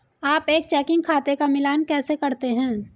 आप एक चेकिंग खाते का मिलान कैसे करते हैं?